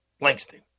Langston